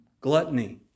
Gluttony